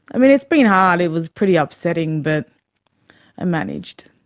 i mean it's been hard, it was pretty upsetting, but i managed.